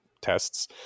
tests